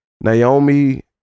Naomi